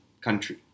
country